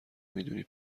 میدونی